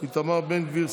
איתמר בן גביר,